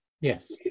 Yes